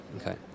Okay